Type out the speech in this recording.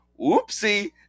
whoopsie